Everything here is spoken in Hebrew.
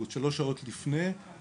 אם מגיעים שלוש שעות לפני -- כן.